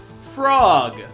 frog